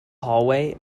hallway